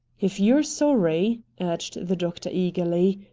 if you're sorry, urged the doctor eagerly,